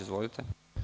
Izvolite.